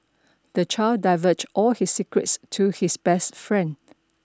the child divulged all his secrets to his best friend